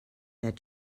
that